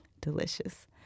Delicious